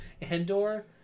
Andor